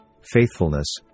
faithfulness